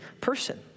person